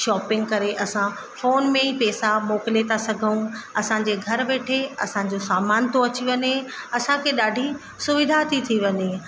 shopping करे असां phone में ई पैसा मोकिले था सघूं असांजे घर वेठे असांजो सामान थो अची वञे असांखे ॾाढी सुविधा थी थी वञे